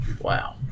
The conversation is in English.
Wow